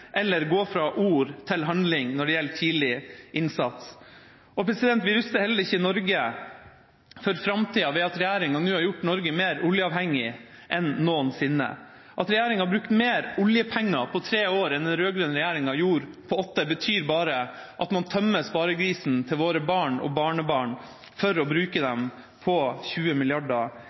gå fra ord til handling når det gjelder tidlig innsats. Vi ruster heller ikke Norge for framtida ved at regjeringa nå har gjort Norge mer oljeavhengig enn noen sinne. At regjeringa har brukt mer oljepenger på tre år enn den rød-grønne regjeringa gjorde på åtte år, betyr bare at man tømmer sparegrisen til våre barn og barnebarn for å bruke til 20